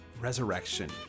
resurrection